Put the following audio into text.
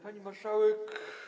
Pani Marszałek!